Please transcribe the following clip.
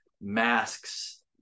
masks